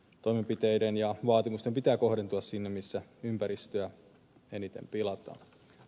toimenpiteiden ja vaatimusten pitää kohdentua sinne missä ympäristöä eniten pilataan